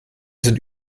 sind